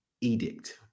edict